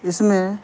اس میں